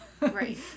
Right